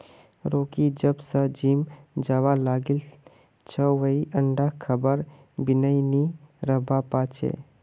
Rocky जब स gym जाबा लागिल छ वइ अंडा खबार बिनइ नी रहबा पा छै